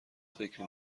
فکری